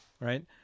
right